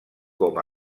com